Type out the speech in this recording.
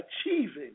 achieving